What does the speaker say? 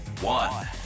one